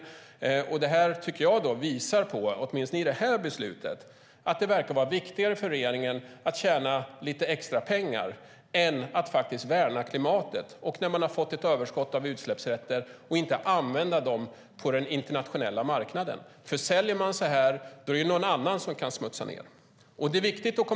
Åtminstone i det här beslutet tycker jag att det visar att det verkar vara viktigare för regeringen att tjäna lite extra pengar än att värna klimatet. Om man har fått ett överskott av utsläppsrätter och inte använder dem på den internationella marknaden utan säljer dem kan någon annan smutsa ned.